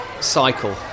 cycle